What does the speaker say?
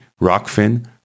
Rockfin